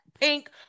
pink